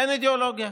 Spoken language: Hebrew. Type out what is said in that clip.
אין אידיאולוגיה.